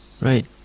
Right